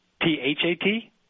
T-H-A-T